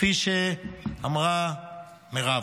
כפי שאמרה מירב,